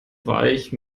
weich